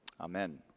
Amen